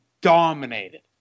dominated